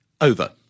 over